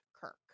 Kirk